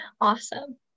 Awesome